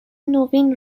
نوین